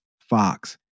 fox